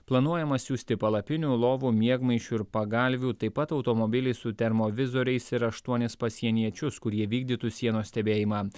planuojama siųsti palapinių lovų miegmaišių ir pagalvių taip pat automobilį su termovizoriais ir aštuonis pasieniečius kurie vykdytų sienos stebėjimą